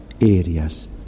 areas